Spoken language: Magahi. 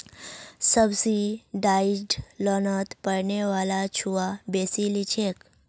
सब्सिडाइज्ड लोनोत पढ़ने वाला छुआ बेसी लिछेक